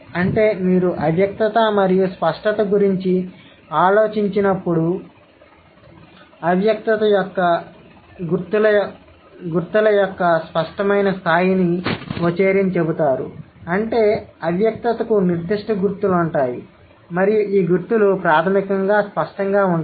అంటే మీరు అవ్యక్తత మరియు స్పష్టత గురించి ఆలోచించినప్పుడు అవ్యక్తత యొక్క గుర్తుల యొక్క స్పష్టమైన స్థాయిని వచేరిన్ చెబుతారు అంటే అవ్యక్తతకు నిర్దిష్ట గుర్తులు ఉంటాయి మరియు ఈ గుర్తులు ప్రాథమికంగా స్పష్టంగా ఉంటాయి